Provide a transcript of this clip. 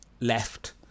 left